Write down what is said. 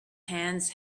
hands